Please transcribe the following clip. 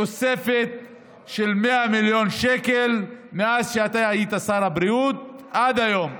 תוספת של 100 מיליון שקל מאז שאתה היית שר הבריאות עד היום.